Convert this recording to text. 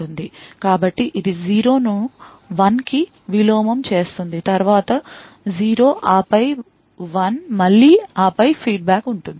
కాబట్టి ఇది 0 ను 1 కి విలోమం చేస్తుంది తరువాత 0 ఆపై 1 మళ్ళీ ఆపై feedback ఉంటుంది